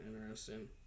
interesting